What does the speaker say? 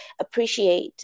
appreciate